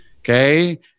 Okay